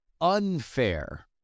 unfair